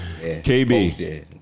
KB